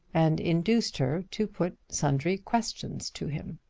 and induced her to put sundry questions to him.